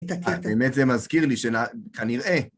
האמת זה מזכיר לי שכנראה...